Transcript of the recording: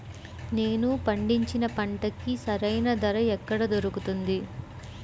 నేను పండించిన పంటకి సరైన ధర ఎక్కడ దొరుకుతుంది?